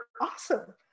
awesome